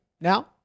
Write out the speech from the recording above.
now